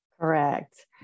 Correct